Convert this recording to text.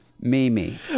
Mimi